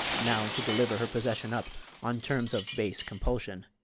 now to deliver her possession up on terms of base compulsion!